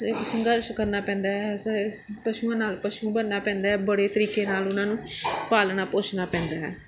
ਸੰਘਰਸ਼ ਕਰਨਾ ਪੈਂਦਾ ਹੈ ਇਸ ਇਸ ਪਸ਼ੂਆਂ ਨਾਲ ਪਸ਼ੂ ਬਣਨਾ ਪੈਂਦਾ ਹੈ ਬੜੇ ਤਰੀਕੇ ਨਾਲ ਉਹਨਾਂ ਨੂੰ ਪਾਲਣਾ ਪੋਸਣਾ ਪੈਂਦਾ ਹੈ